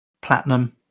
Platinum